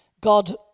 God